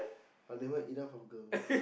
I'm never enough of girls